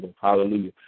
Hallelujah